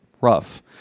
rough